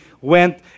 went